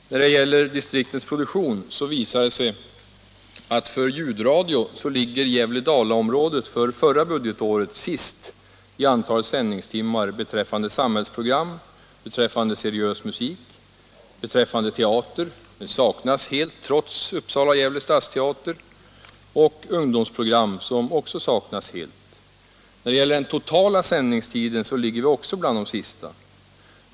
När det gäller distriktens produktion visar det sig att för ljudradio låg Gävle-Dalaområdet förra budgetåret sist i antalet sändningstimmar för samhällsprogram, seriös musik, teater — saknas helt trots Uppsala Gävle stadsteater — och ungdomsprogram, som också saknas helt. När det gäller den totala sändningstiden ligger vi också bland de sista.